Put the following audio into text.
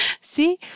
See